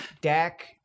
Dak